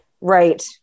Right